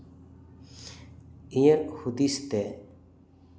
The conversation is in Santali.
ᱤᱧᱟᱹᱜ ᱦᱩᱫᱤᱥ ᱛᱮ